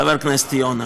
חבר הכנסת יונה,